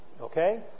Okay